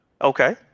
Okay